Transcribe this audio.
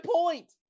point